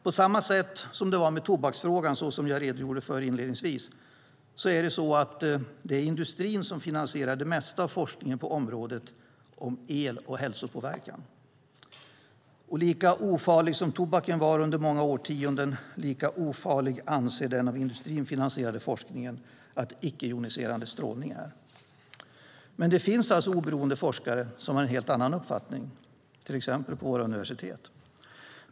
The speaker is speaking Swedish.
På samma sätt som det var med tobaksfrågan, som jag redogjorde för inledningsvis, är det industrin som finansierar det mesta av forskningen på området el och hälsopåverkan. Och lika ofarlig som tobaken var under många årtionden, lika ofarlig anser den av industrin finansierade forskningen att icke-joniserande strålning är. Men det finns oberoende forskare som har en helt annan uppfattning, till exempel på våra universitet.